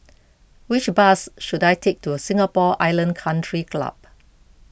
which bus should I take to Singapore Island Country Club